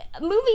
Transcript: movie